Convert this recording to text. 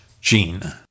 gene